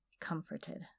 comforted